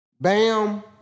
Bam